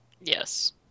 Yes